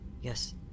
yes